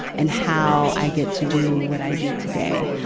and how i get to do what i do today.